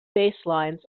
baselines